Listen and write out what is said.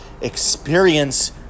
experience